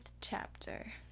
chapter